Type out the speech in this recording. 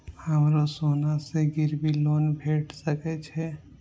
हमरो सोना से गिरबी लोन भेट सके छे?